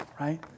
right